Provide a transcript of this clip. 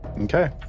Okay